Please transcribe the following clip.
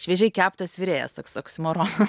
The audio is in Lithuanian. šviežiai keptas virėjas toks oksimoronas